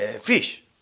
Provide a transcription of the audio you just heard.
Fish